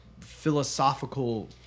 philosophical